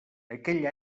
aquell